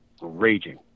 raging